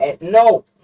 No